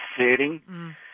sitting